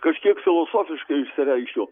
kažkiek filosofiškai išsireikšiu